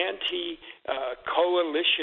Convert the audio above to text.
anti-coalition